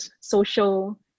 social